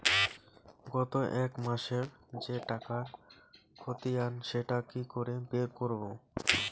গত এক মাসের যে টাকার খতিয়ান সেটা কি করে বের করব?